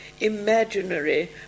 imaginary